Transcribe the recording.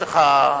יש לך,